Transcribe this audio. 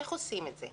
איך עושים את זה?